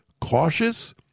cautious